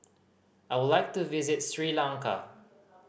I would like to visit Sri Lanka